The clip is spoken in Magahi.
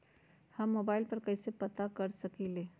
हम मोबाइल पर कईसे पता कर सकींले?